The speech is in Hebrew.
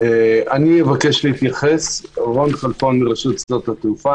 אני רון חלפון, היועץ המשפטי של רשות שדות התעופה,